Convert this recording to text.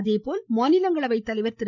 அதேபோல் மாநிலங்களவைத் தலைவர் திரு